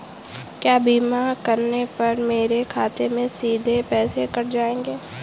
क्या बीमा करने पर मेरे खाते से सीधे पैसे कट जाएंगे?